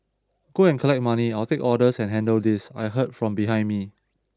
go and collect money I'll take orders and handle this I heard from behind me